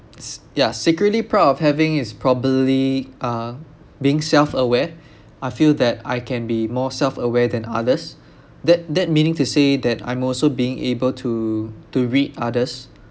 s~ ya secretly proud of having is probably uh being self aware I feel that I can be more self aware than others that that meaning to say that I'm also being able to to read others